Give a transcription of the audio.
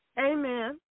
Amen